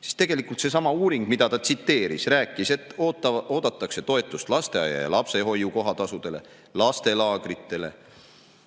siis tegelikult seesama uuring, mida ta tsiteeris, rääkis, et oodatakse toetust lasteaia ja lapsehoiu kohatasudele, lastelaagritele